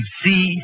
see